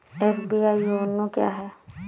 SBI YONO क्या है?